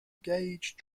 gauge